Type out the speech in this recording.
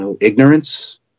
ignorance